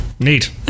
Neat